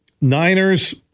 Niners